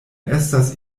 estas